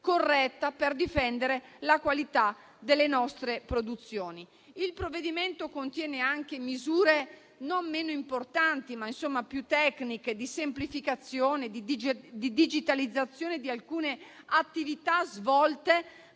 corretta per difendere la qualità delle nostre produzioni. Il provvedimento contiene anche misure, non meno importanti ma più tecniche, di semplificazione e di digitalizzazione di alcune attività svolte